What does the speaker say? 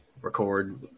record